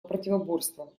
противоборства